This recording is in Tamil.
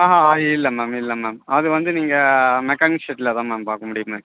ஆ ஆ அது இல்லை மேம் இல்லை மேம் அது வந்து நீங்கள் மெக்கானிக் ஷெட்லதான் மேம் பார்க்க முடியுமே